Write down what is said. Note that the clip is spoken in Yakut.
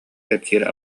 кэпсиир